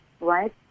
right